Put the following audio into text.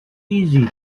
easy